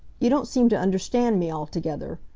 you don't seem to understand me altogether.